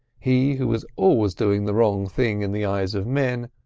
he who was always doing the wrong thing in the eyes of men,